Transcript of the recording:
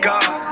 God